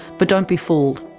but don't be fooled,